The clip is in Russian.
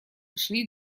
шли